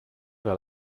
vers